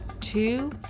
Two